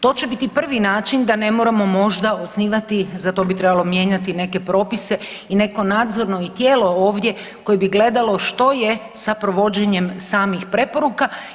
To će biti prvi način da ne moramo možda osnivati, za to bi trebalo mijenjati neke propise i neko nadzorno i tijelo ovdje koje bi gledalo što je sa provođenjem samih preporuka.